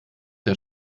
der